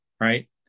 right